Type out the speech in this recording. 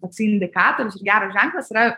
toksai indikatorius ir geras ženklas yra